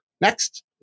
Next